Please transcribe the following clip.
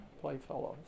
playfellows